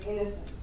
innocent